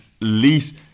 least